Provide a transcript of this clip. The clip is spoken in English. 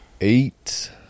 eight